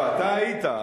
לא, אתה היית.